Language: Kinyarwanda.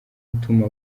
utuma